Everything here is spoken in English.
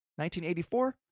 1984